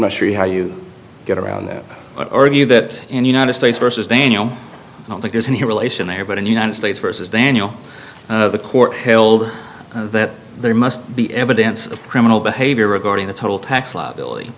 mushy how you get around that but argue that in united states versus daniel i don't think there's any relation there but in the united states versus daniel the court held that there must be evidence of criminal behavior regarding the total tax liability